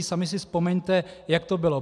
Sami si vzpomeňte, jak to bylo.